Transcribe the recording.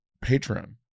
patron